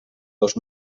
dos